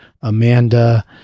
Amanda